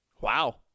Wow